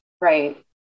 Right